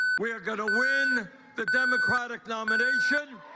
we're going to win the democratic nomination.